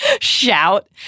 shout